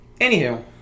Anywho